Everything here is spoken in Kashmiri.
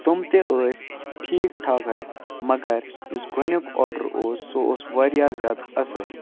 تِم تہِ ٲسۍ ٹھیٖک ٹھاکھَے مگر یُس گۄڈٕنیُک آرڈر اوس سُہ اوس واریاہ زیادٕ اَصٕل